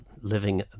living